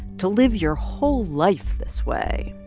to live your whole life this way?